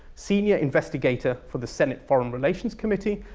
senior investigator for the senate foreign relations committee,